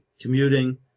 commuting